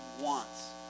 wants